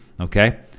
Okay